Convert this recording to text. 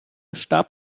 starb